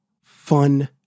fun